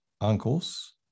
uncles